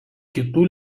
kitų